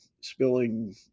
spilling